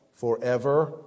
forever